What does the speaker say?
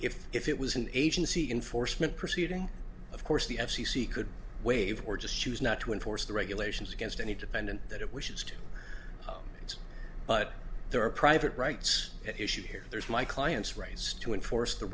if if it was an agency enforcement proceeding of course the f c c could waive or just choose not to enforce the regulations against any defendant that it wishes to it but there are private rights at issue here there's my client's rights to enforce the